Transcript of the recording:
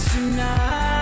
Tonight